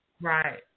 Right